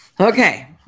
Okay